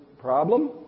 problem